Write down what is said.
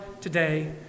today